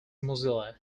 mozilla